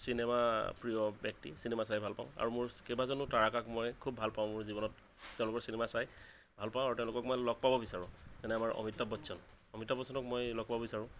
cinema প্ৰিয় ব্যক্তি cinema চাই ভাল পাওঁ আৰু মোৰ কেইবাজনো তাৰকাক মই খুব ভাল পাওঁ মোৰ জীৱনত তেওঁলোকৰ চিনেমা চাই ভালপাওঁ আৰু তেওঁলোকক লগ পাব বিচাৰোঁ যেনে আমাৰ অমিতাভ বচ্চন অমিতাভ বচ্চনক মই লগ পাব বিচাৰোঁ